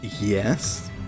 Yes